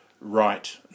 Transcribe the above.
right